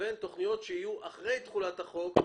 לבין תכניות שיהיו אחרי תחולת החוק,